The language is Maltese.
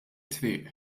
triq